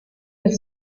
elle